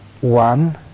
One